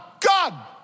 God